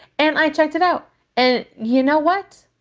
and i checked it out and you know what?